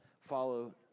follow